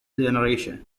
generation